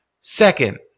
Second